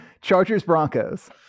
Chargers-Broncos